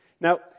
Now